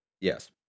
Yes